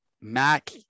mac